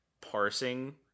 parsing